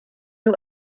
new